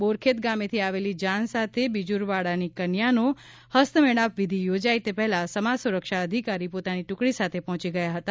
બોરખેત ગામેથી આવેલી જાન સાથે બીજુરવાડાની કન્યાનો હસ્તમેળાપ વિધિ યોજાય તે પહેલા સમાજ સુરક્ષા અધિકારી પોતાની ટ્રકડી સાથે પહોંચી ગયા હતા